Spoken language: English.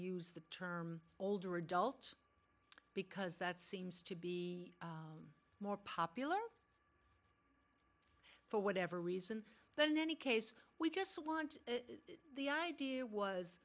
use the term older adult because that seems to be more popular for whatever reason than any case we just want the idea was